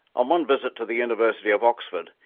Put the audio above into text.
on one visit to the university of oxford,